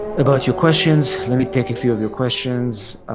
about your questions. let me take a few of your questions.